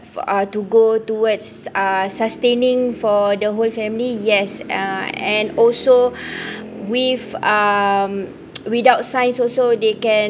for uh to go towards uh sustaining for the whole family yes uh and also with um without science also they can